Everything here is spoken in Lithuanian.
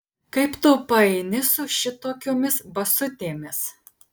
kaip tu paeini su šitokiomis basutėmis